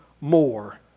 more